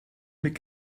mit